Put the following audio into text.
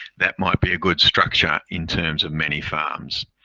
that might be a good structure in terms of many farms.